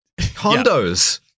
condos